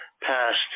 passed